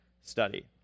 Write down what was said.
study